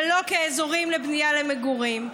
ולא כאזורים לבנייה למגורים.